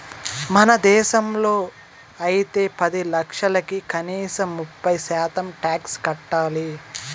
మన దేశంలో అయితే పది లక్షలకి కనీసం ముప్పై శాతం టాక్స్ కట్టాలి